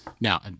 now